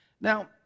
Now